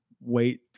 wait